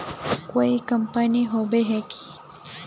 कोई कंपनी होबे है की?